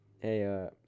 Hey